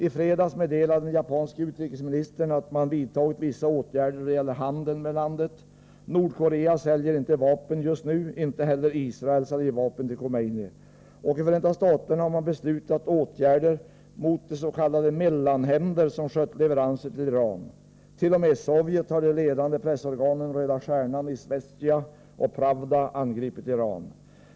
I fredags meddelade den japanske utrikesministern att man vidtagit vissa åtgärder då det gäller handeln med landet. Nordkorea säljer inte vapen just nu, inte heller Israel säljer vapen till Khomeini. I Förenta staterna har man beslutat om åtgärder mot de ”mellanhänder” som skött leveranser till Iran. T. o. m. i Sovjet har de ledande pressorganen Röda stjärnan, Isvestija och Pravda angripit Iran.